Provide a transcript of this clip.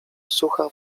sucha